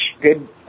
Good